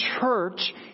church